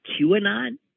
QAnon